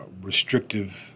restrictive